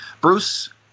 Bruce